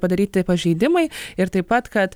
padaryti pažeidimai ir taip pat kad